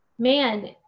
Man